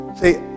See